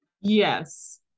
Yes